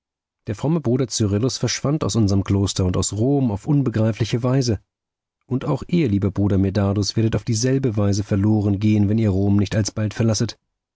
der fromme bruder cyrillus verschwand aus unserm kloster und aus rom auf unbegreifliche weise und auch ihr lieber bruder medardus werdet auf dieselbe weise verlorengehen wenn ihr rom nicht alsbald verlasset